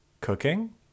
cooking